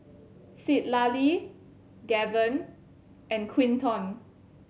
Citlali Gaven and Quinton